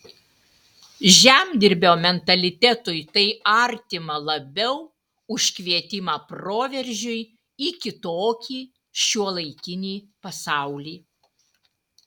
žemdirbio mentalitetui tai artima labiau už kvietimą proveržiui į kitokį šiuolaikinį pasaulį